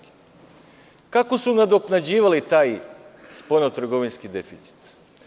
Kako su nadoknađivali taj spoljnotrgovinski deficit?